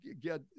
get